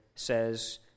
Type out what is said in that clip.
Says